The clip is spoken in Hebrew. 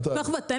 עם